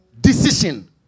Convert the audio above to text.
decision